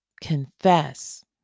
confess